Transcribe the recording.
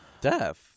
Death